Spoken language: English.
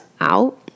out